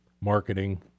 marketing